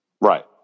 right